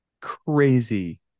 crazy